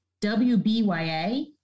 WBYA